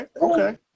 okay